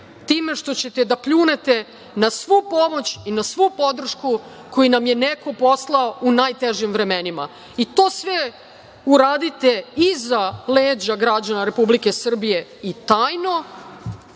time što ćete da pljunete na svu pomoć i na svu podršku koju nam je neko poslao u najtežim vremenima i to sve uradite iza leđa građana Republike Srbije i tajno